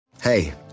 Hey